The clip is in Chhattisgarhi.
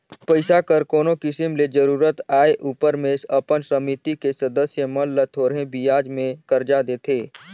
पइसा कर कोनो किसिम ले जरूरत आए उपर में अपन समिति के सदस्य मन ल थोरहें बियाज में करजा देथे